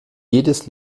jedes